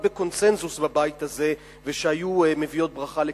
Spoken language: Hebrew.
בקונסנזוס בבית הזה ושהיו מביאות ברכה לכולנו.